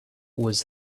was